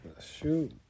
Shoot